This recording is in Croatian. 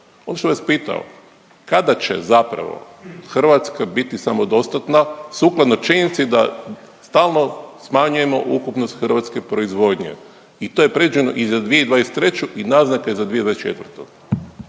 Ono što bih vas pitao, kada će zapravo Hrvatska biti samodostatna sukladno činjenici da stalno smanjujemo ukupnost hrvatske proizvodnje i to je predviđeno i za 2023. i naznake za 2024.